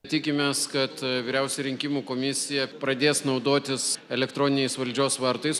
tikimės kad vyriausioji rinkimų komisija pradės naudotis elektroniniais valdžios vartais